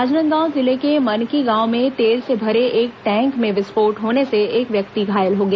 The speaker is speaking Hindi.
राजनांदगांव जिले के मनकी गांव में तेल से भरे एक टैंक में विस्फोट होने से एक व्यक्ति घायल हो गया